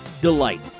delight